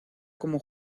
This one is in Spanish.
como